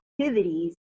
activities